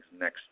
next